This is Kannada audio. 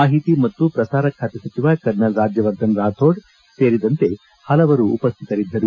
ಮಾಹಿತಿ ಮತ್ತು ಪ್ರಸಾರ ಖಾತೆ ಸಚಿವ ಕರ್ನಲ್ ರಾಜ್ಕವರ್ಧನ್ ರಾಥೋಡ್ ಸೇರಿದಂತೆ ಹಲವರು ಉಪಶ್ಥಿತರಿದ್ದರು